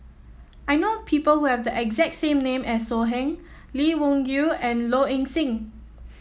I know people who have the exact name as So Heng Lee Wung Yew and Low Ing Sing